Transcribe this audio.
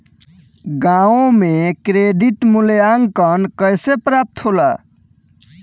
गांवों में क्रेडिट मूल्यांकन कैसे प्राप्त होला?